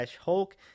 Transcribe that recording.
Hulk